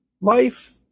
life